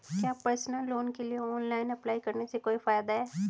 क्या personal loan के लिए ऑनलाइन अप्लाई करने से कोई फायदा है?